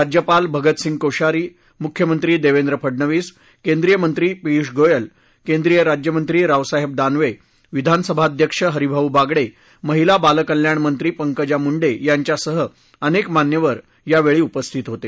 राज्यपाल भगतसिंह कोश्यारी मुख्यमंत्री देवेंद्र फडणवीस केंद्रीय मंत्री पियुष गोयल केंद्रीय राज्यमंत्री रावसाहेब दानवे विधानसभाध्यक्ष हरिभाऊ बागडे महिला बालकल्याण मंत्री पंकजा मुंडे यांच्यासह अनेक मान्यवर यावेळी उपस्थित होते